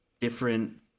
different